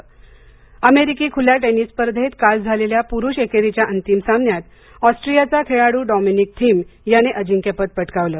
tennis अमेरिकी खुल्या tennis स्पर्धेत काल झालेल्या पुरुष एकेरीच्या अंतिम सामन्यात ऑस्ट्रियाचा खेळाडू डॉमिनिक थिम याने अजिंक्यपद पटकावलं